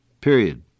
Period